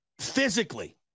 physically